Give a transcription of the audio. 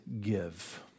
give